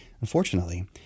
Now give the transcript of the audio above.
Unfortunately